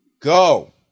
go